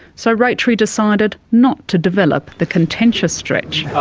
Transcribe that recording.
so rotary decided not to develop the contentious stretch.